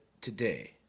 today